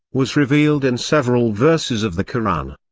was revealed in several verses of the koran.